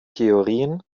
theorien